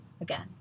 again